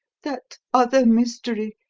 that other mystery,